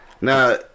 now